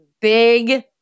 big